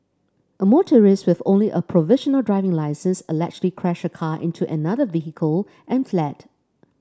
a motorist with only a provisional driving licence allegedly crashed a car into another vehicle and fled